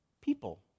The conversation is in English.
people